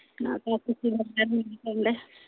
ᱛᱤᱱᱟᱹᱜ ᱴᱟ ᱠᱷᱚᱛᱤᱭᱟᱠᱟᱱᱟ ᱵᱚᱞᱮ